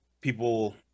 people